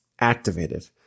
activated